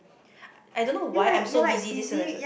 I don't know why I am so busy this semester